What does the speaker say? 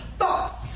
thoughts